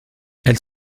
elles